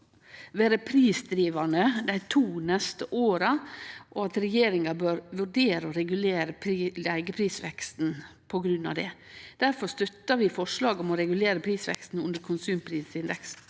vere prisdrivande dei neste to åra, og at regjeringa bør vurdere å regulere leigeprisveksten på grunn av det. Difor støttar vi forslaget om å regulere prisveksten til under konsumprisindeksen.